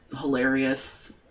hilarious